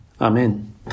Amen